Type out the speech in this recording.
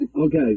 Okay